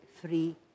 free